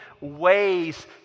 ways